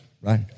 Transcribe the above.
right